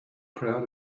proud